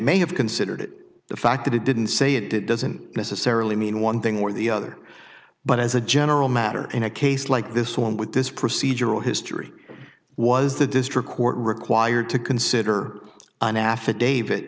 may have considered the fact that it didn't say it it doesn't necessarily mean one thing or the other but as a general matter in a case like this one with this procedural history was the district court required to consider an affidavit